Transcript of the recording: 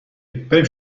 بریم